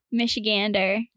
Michigander